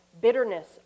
bitterness